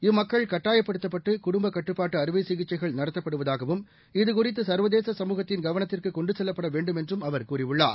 இம்மக்கள் கட்டாயப்படுத்தப்பட்டு குடும்பகட்டுப்பாட்டுஅறுவைசிகிச்சைகள் நடத்தப்படுவதாகவும் இதுகுறித்துசர்வதேச சமூகத்தின் கவளத்திற்குகொண்டுசெல்வப்படவேண்டும் என்றும் அவர் கூறியுள்ளார்